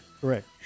Correct